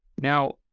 Now